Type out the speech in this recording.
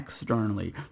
externally